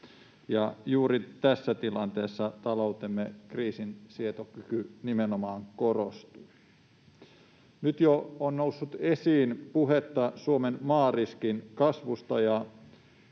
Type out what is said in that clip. juuri tässä tilanteessa taloutemme kriisinsietokyky nimenomaan korostuu. Nyt jo on noussut esiin puhetta Suomen maariskin kasvusta,